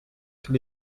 tous